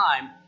time